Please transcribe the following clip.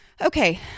Okay